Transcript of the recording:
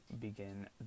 begin